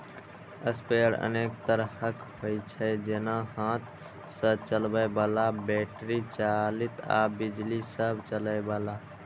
sprayer अनेक तरहक होइ छै, जेना हाथ सं चलबै बला, बैटरी चालित आ बिजली सं चलै बला